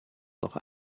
noch